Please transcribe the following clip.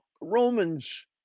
Romans